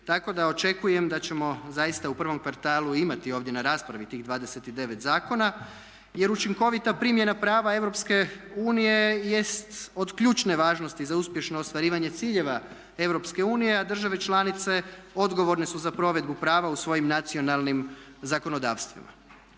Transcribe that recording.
Tako da očekujem da ćemo zaista u prvom kvartalu imati ovdje na raspravi tih 29 zakona jer učinkovita primjena prava Europske unije jest od ključne važnosti za uspješno ostvarivanje ciljeva Europske unije a države članice odgovorne su za provedbu prava u svojim nacionalnim zakonodavstvima.